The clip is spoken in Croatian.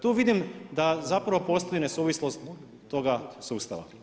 Tu vidim da zapravo postoji nesuvislost toga sustava.